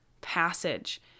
passage